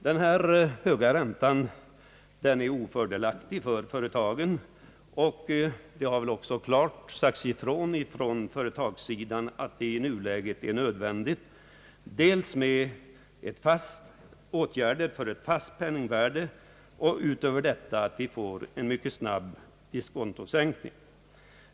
Den höga räntan är vidare ofördelaktig ur företagens synpunkt, och man har ju även från det hållet klart sagt ifrån att nuläget nödvändiggör såväl åtgärder för ett fast penningvärde som en mycket snabb diskontosänkning.